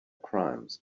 crimes